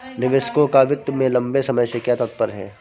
निवेशकों का वित्त में लंबे से क्या तात्पर्य है?